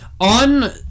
on